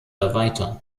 erweitern